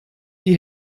die